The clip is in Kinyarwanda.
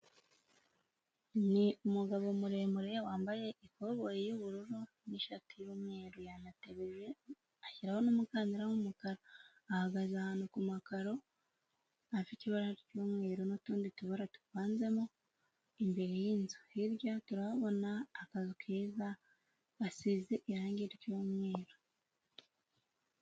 Ni umugabo muremure wambaye ikoboyi y'ubururu n'ishati y'umweru yanatebeje, ashyiraho n'umukandara w'umukara. Ahagaze ahantu ku makaro afite ibara ry'umweru n'utundi tubara tuvanzemo imbere y'inzu, hirya turabona akazu keza gasize irangi ry'umweru.